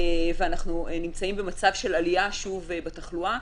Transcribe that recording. ואנחנו נמצאים במצב של עלייה שוב בתחלואה.